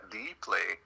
deeply